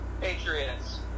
Patriots